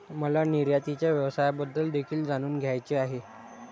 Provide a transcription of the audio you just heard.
मला निर्यातीच्या व्यवसायाबद्दल देखील जाणून घ्यायचे आहे